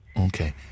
Okay